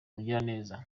mugiraneza